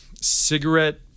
cigarette